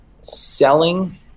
selling